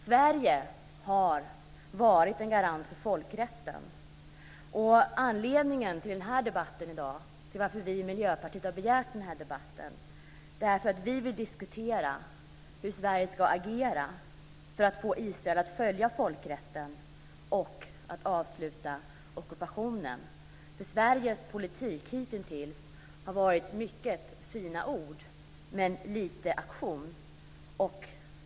Sverige har varit en garant för folkrätten. Anledningen till att vi i Miljöpartiet har begärt den här debatten i dag är att vi vill diskutera hur Sverige ska agera för att få Israel att följa folkrätten och att avsluta ockupationen. Sveriges politik hitintills har varit mycket fina ord, men lite aktion.